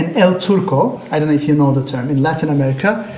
and el turko i don't know if you know the term. in latin america,